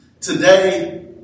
Today